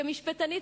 כמשפטנית,